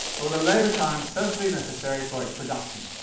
or the labour time socially necessary for its production.